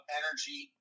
energy